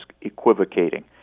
equivocating